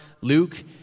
Luke